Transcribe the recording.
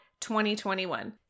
2021